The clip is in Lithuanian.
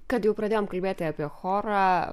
kad jau pradėjom kalbėti apie chorą